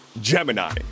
Gemini